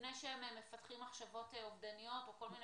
לפני שהם מפתחים מחשבות אובדניות או כל מיני